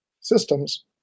systems